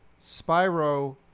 Spyro